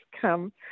come